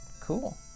cool